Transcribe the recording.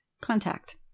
contact